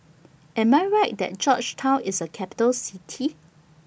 Am I Right that Georgetown IS A Capital City